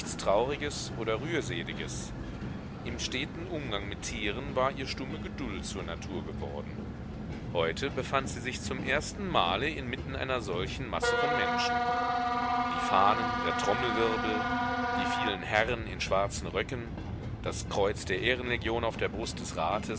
trauriges oder rührseliges im steten umgang mit tieren war ihr stumme geduld zur natur geworden heute befand sie sich zum ersten male inmitten einer solchen masse von menschen die fahnen der trommelwirbel die vielen herren in schwarzen röcken das kreuz der ehrenlegion auf der brust des rates